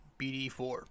BD4